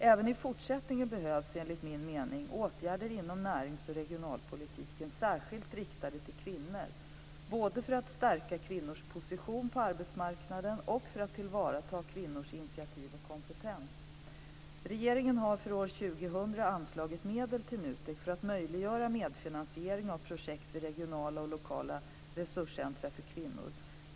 Även i fortsättningen behövs, enligt min mening, åtgärder inom närings och regionalpolitiken särskilt riktade till kvinnor, både för att stärka kvinnors position på arbetsmarknaden och för att tillvarata kvinnors initiativ och kompetens. Regeringen har för år 2000 anslagit medel till NUTEK för att möjliggöra medfinansiering av projekt vid regionala och lokala resurscentrum för kvinnor.